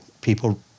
people